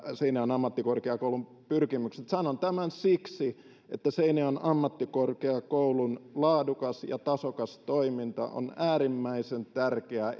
seinäjoen ammattikorkeakoulun pyrkimykset sanon tämän siksi että seinäjoen ammattikorkeakoulun laadukas ja tasokas toiminta on äärimmäisen tärkeää